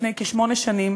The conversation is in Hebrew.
לפני כשמונה שנים,